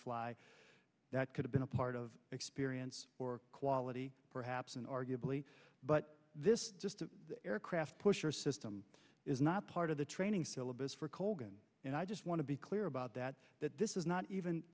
fly that could have been a part of experience or quality perhaps an arguably but this aircraft pusher system is not part of the training syllabus for colgan and i just want to be clear about that that this is not even